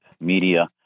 media